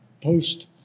post